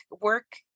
Work